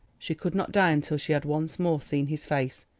she could not die until she had once more seen his face,